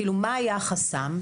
מה היה החסם?